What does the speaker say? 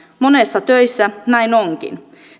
monissa töissä näin onkin